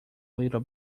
little